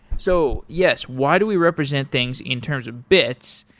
so yes, why do we represent things in terms of bits?